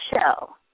show